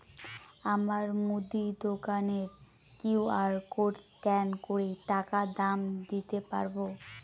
আমার মুদি দোকানের কিউ.আর কোড স্ক্যান করে টাকা দাম দিতে পারব?